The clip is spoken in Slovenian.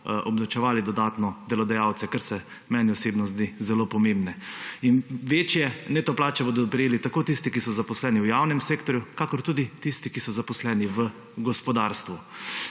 obdavčevali delodajalcev, kar se meni osebno zdi zelo pomembno. Večje neto plače bodo prejeli tako tisti, ki so zaposleni v javnem sektorju, kakor tudi tisti, ki so zaposleni v gospodarstvu.